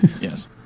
Yes